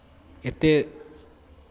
एतेक